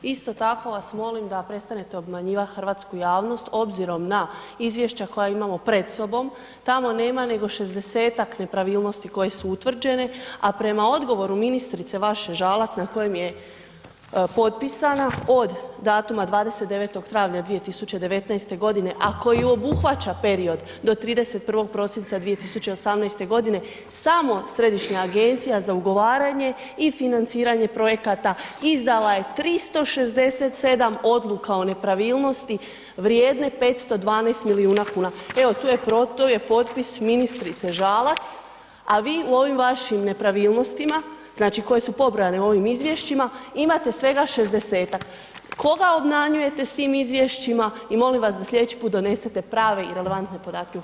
Isto tako vas molim da prestanete obmanjivati hrvatsku javnost obzirom na izvješća koja imamo pred sobom, tamo nema nego 60-tak nepravilnosti koje su utvrđeni, a prema odgovoru ministrice, vaše Žalac, na kojem je potpisana od datuma 29. travnja 2019.g., a koji obuhvaća period do 31. prosinca 2018.g. samo Središnja agencija za ugovaranje i financiranje projekata izdala je 367 odluka o nepravilnosti vrijedne 512 milijuna kuna, evo tu je potpis ministrice Žalac, a vi u ovim vašim nepravilnostima, znači koje su pobrojane u ovim izvješćima, imate svega 60-tak, koga obmanjujete s tim izvješćima i molim vas da slijedeći put donesete prave i relevantne podatke u HS.